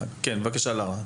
בבקשה, לארה.